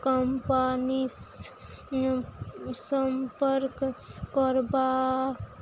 कम्पनीसॅं सम्पर्क करबा